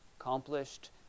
accomplished